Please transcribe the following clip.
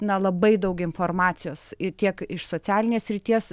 na labai daug informacijos ir tiek iš socialinės srities